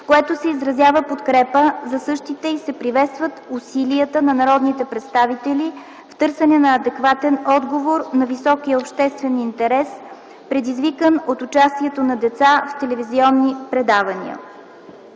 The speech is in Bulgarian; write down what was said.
в което се изразява подкрепа за същите и се приветстват усилията на народните представители в търсене на адекватен отговор на високия обществен интерес, предизвикан от участието на деца в телевизионни предавания.